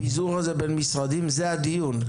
הפיזור הזה בין משרדים זה הדיון,